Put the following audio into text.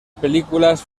películas